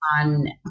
on